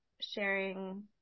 sharing